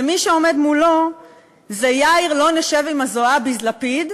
ומי שעומד מולו זה יאיר "לא נשב עם הזועבי'ז" לפיד,